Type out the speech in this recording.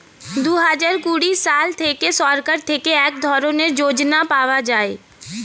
দুহাজার কুড়ি সাল থেকে সরকার থেকে এক ধরনের যোজনা পাওয়া যায়